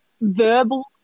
verbal